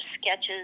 sketches